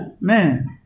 man